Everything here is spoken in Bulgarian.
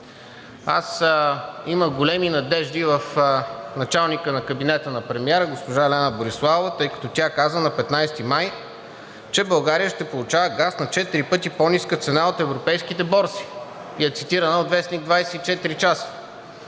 аз имах големи надежди в началника на кабинета на премиера госпожа Лена Бориславова, тъй като тя каза на 15 май, че България ще получава газ на четири пъти по-ниска цена от европейските борси. И е цитирана от вестник „24 часа“.